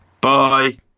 bye